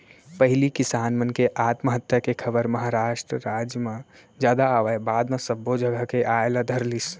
पहिली किसान मन के आत्महत्या के खबर महारास्ट राज म जादा आवय बाद म सब्बो जघा के आय ल धरलिस